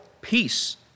peace